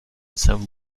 some